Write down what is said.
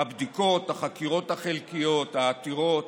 הבדיקות, החקירות החלקיות, העתירות,